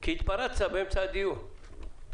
כי התפרצת באמצע הדיון.